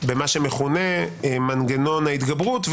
במה שמכונה מנגנון ההתגברות,